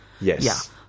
Yes